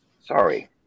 Sorry